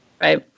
Right